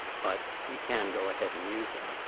but you can go ahead and use it.